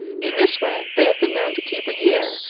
in this way they have been known to keep a year,